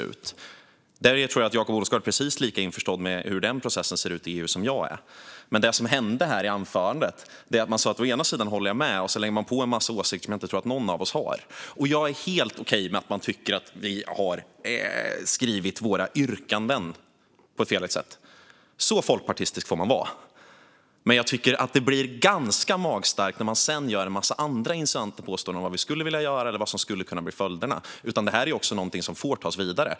Jag tror dock att Jakob Olofsgård är lika införstådd som jag med hur den processen ser ut i EU. Men det som hände i anförandet var att han sa att han å ena sidan höll med, och sedan lade han till en massa åsikter som, tror jag, ingen av oss har. Jag är helt okej med om man tycker att vi har skrivit våra yrkanden på ett felaktigt sätt. Så folkpartistisk får man vara. Men det blir ganska magstarkt när man gör en massa andra insinuanta påståenden om vad vi skulle vilja göra eller vad som skulle kunna bli följden. Det här är ju något som får tas vidare.